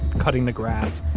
cutting the grass,